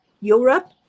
Europe